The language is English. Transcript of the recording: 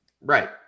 Right